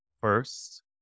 first